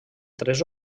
tres